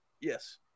Yes